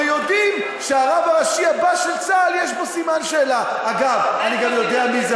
אבל הנה,